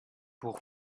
pour